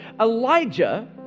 Elijah